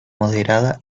moderada